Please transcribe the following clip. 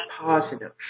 positive